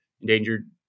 endangered